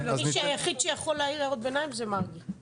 היחיד שיכול להעיר הערות ביניים זה מרגי.